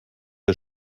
der